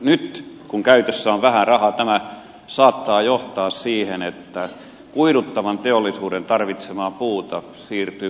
nyt kun käytössä on vähän rahaa tämä saattaa johtaa siihen että kuiduttavan teollisuuden tarvitsemaa puuta siirtyy polttolaitoksiin